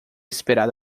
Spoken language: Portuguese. esperado